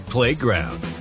Playground